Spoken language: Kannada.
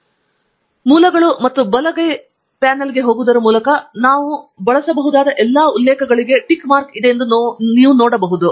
ಆದ್ದರಿಂದ ಮೂಲಗಳು ಮತ್ತು ಬಲಗೈ ಪ್ಯಾನ್ಗೆ ಹೋಗುವುದರ ಮೂಲಕ ನಾವು ಬಳಸಬಹುದಾದ ಎಲ್ಲಾ ಉಲ್ಲೇಖಗಳಿಗೆ ಟಿಕ್ ಮಾರ್ಕ್ ಇದೆ ಎಂದು ನೀವು ನೋಡಬಹುದು